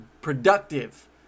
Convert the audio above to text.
productive